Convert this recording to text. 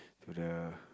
to the